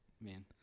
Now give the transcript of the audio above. Man